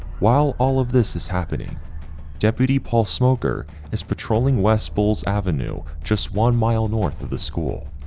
while all of this is happening deputy paul smoker is patrolling west bulls avenue, just one mile north of the school.